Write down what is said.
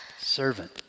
servant